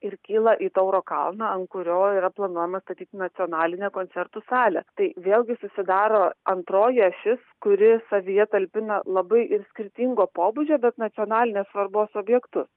ir kyla į tauro kalną ant kurio yra planuojama statyti nacionalinę koncertų salę tai vėlgi susidaro antroji ašis kuri savyje talpina labai ir skirtingo pobūdžio bet nacionalinės svarbos objektus